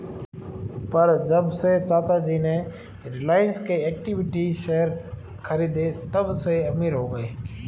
पर जब से चाचा जी ने रिलायंस के इक्विटी शेयर खरीदें तबसे अमीर हो गए